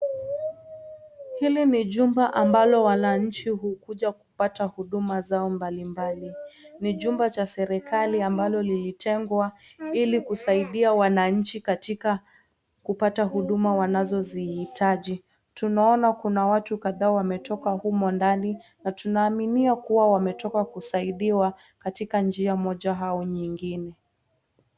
Hili ni chumba ambalo wananchi hukuja kupata Huduma zao mbalimbali ,NI jumba la serikali ambalo lilijengwa ili kusaidia Wananchi katika kupata huduma wanazozihitaji. Tunaona kuna watu kadhaa wametoka humo ndani na tunaaminia kuwa wametoka kusaidiwa katika njia moja au nyingine.